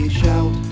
shout